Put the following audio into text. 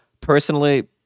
Personally